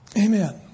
Amen